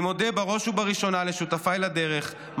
אני מודה בראש ובראשונה לשותפיי לדרך,